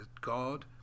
God